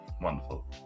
wonderful